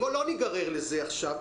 בואו לא ניגרר לזה עכשיו.